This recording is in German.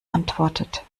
antwortet